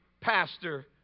Pastor